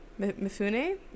Mifune